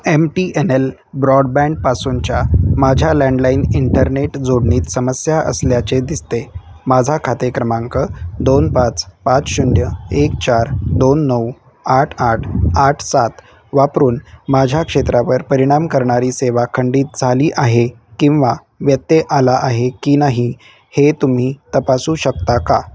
M T N L ब्रॉडबँडपासूनच्या माझ्या landline internet जोडणीत समस्या असल्याचे दिसते माझा खाते क्रमांक दोन पाच पाच शून्य एक चार दोन नऊ आठ आठ आठ सात वापरून माझ्या क्षेत्रावर परिणाम करणारी सेवा खंडित झाली आहे किंवा व्यत्यय आला आहे की नाही हे तुम्ही तपासू शकता का